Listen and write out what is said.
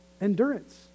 endurance